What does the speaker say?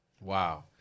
Wow